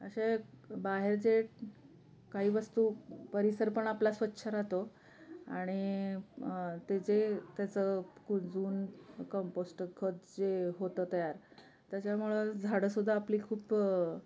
असे बाहेरचे काही वस्तू परिसर पण आपला स्वच्छ राहतो आणि ते जे त्याचं कुजून कंपोस्ट खत जे होतं तयार त्याच्यामुळं झाडंसुद्धा आपली खूप